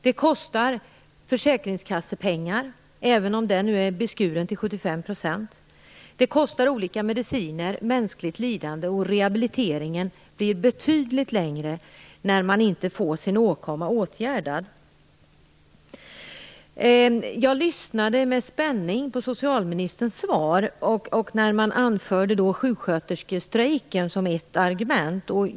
Det kostar försäkringskassepengar, även om ersättningen nu är beskuren till 75 %. Det kostar olika mediciner och mänskligt lidande, och rehabiliteringen blir betydligt längre när man inte får sin åkomma åtgärdad. Jag lyssnade med spänning på socialministerns svar. Hon anförde sjukskötersketrejken som ett argument.